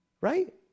right